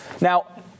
Now